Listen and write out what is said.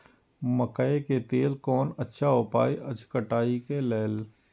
मकैय के लेल कोन अच्छा उपाय अछि कटाई के लेल?